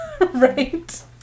Right